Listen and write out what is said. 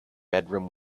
bedroom